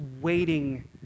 waiting